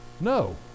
No